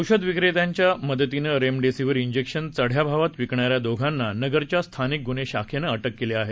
औषध विक्रेताच्या मदतीन रेमडेसिविर जेक्शन चढया भावात विकणाऱ्या दोघांना नगरच्या स्थानिक गुन्हे शाखेने अटक केली आहे